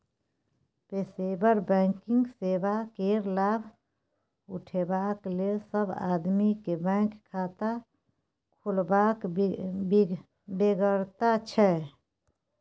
पेशेवर बैंकिंग सेवा केर लाभ उठेबाक लेल सब आदमी केँ बैंक खाता खोलबाक बेगरता छै